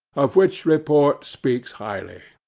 of which report speaks highly.